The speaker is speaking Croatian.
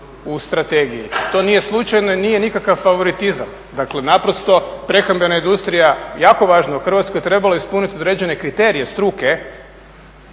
u strategiji. To nije slučajno i nije nikakav favoritizam. Dakle, naprosto prehrambena industrija je jako važna u Hrvatskoj. Trebalo je ispuniti određene kriterije struke